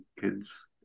kids